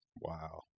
wow